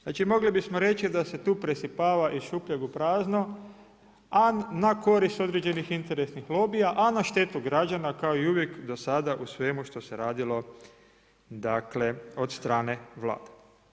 Znači mogli bismo reći da se tu presipava iz šuplje u prazno, a na korist određenih interesnih lobija, a na štetu građana kao i uvijek do sada u svemu što se radilo od strane Vlade.